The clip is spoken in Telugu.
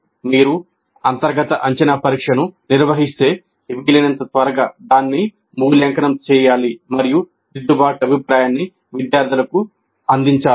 మీరు అంతర్గత అంచనా పరీక్షను నిర్వహిస్తే వీలైనంత త్వరగా దాన్ని మూల్యాంకనం చేయాలి మరియు దిద్దుబాటు అభిప్రాయాన్ని విద్యార్థులకు అందించాలి